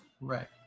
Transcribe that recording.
Right